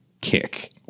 kick